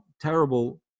terrible